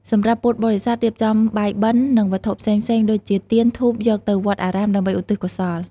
សម្រាប់ពុទ្ធបរិស័ទ រៀបចំបាយបិណ្ឌ និងវត្ថុផ្សេងៗ ដូចជាទាន ធូប យកទៅវត្តអារាមដើម្បីឧទ្ទិសកុសល។